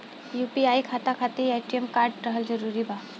UPI खाता खातिर ATM card रहल जरूरी बा?